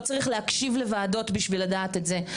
לא צריך להקשיב לוועדות בשביל לדעת את זה,